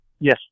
Yes